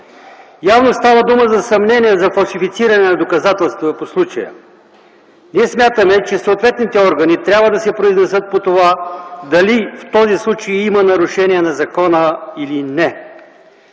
Явно става дума за съмнения за фалшифициране на доказателства по случая. Ние смятаме, че съответните органи трябва да се произнесат по това дали в този случай има нарушение на закона или не.